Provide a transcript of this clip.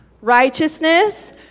righteousness